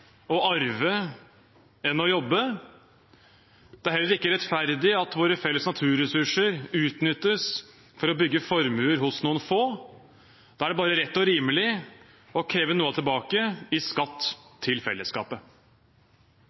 å arve enn å jobbe. Det er heller ikke rettferdig at våre felles naturressurser utnyttes for å bygge formuer hos noen få. Da er det bare rett og rimelig å kreve noe tilbake i skatt til fellesskapet.